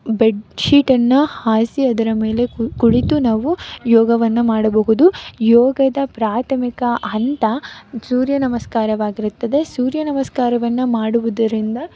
ಬೆಡ್ಶೀಟನ್ನು ಹಾಸಿ ಅದರ ಮೇಲೆ ಕುಳಿತು ನಾವು ಯೋಗವನ್ನು ಮಾಡಬಹುದು ಯೋಗದ ಪ್ರಾಥಮಿಕ ಹಂತ ಸೂರ್ಯ ನಮಸ್ಕಾರವಾಗಿರುತ್ತದೆ ಸೂರ್ಯ ನಮಸ್ಕಾರವನ್ನು ಮಾಡುವುದರಿಂದ